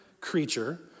creature